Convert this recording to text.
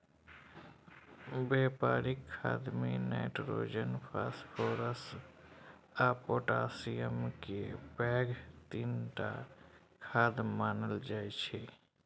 बेपारिक खादमे nitrogen, phosphorus आ पोटाशियमकेँ पैघ तीनटा खाद मानल जाइ छै